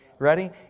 Ready